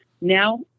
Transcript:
Now